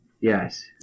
Yes